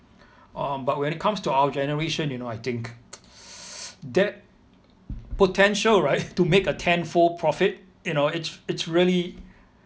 um but when it comes to our generation you know I think that potential right to make a ten fold profit you know it's it's really